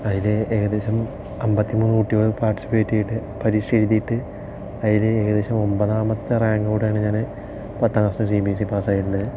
അതിൽ ഏകദേശം അമ്പത്തിമൂന്ന് കുട്ടികൾ പാർട്ടിസിപ്പേറ്റ് ചെയ്തിട്ട് പരീക്ഷ എഴുതിയിട്ട് അതിൽ ഏകദേശം ഒമ്പതാമത്തെ റാങ്കോടെയാണ് ഞാൻ പത്താം ക്ലാസിലെ സി ബി എസ് ഇ പാസായിട്ടുണ്ടായിരുന്നത്